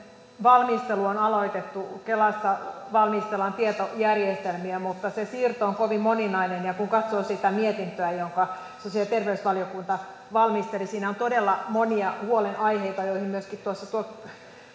valmistelu on aloitettu kelassa valmistellaan tietojärjestelmiä mutta se siirto on kovin moninainen kun katsoo sitä mietintöä jonka sosiaali ja terveysvaliokunta valmisteli niin siinä on todella monia huolenaiheita joihin myöskin tuossa